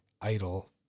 idol